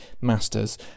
Masters